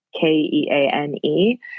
K-E-A-N-E